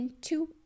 two